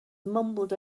mumbled